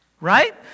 right